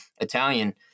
Italian